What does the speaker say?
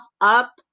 up